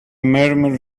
murmur